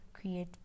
create